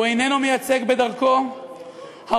הוא איננו מייצג, בדרכו הרופסת,